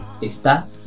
Está